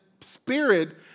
spirit